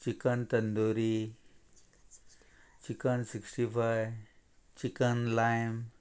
chicken tandoori chicken sixty five chicken lime